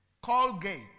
Colgate